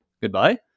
Goodbye